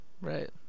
Right